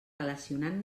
relacionant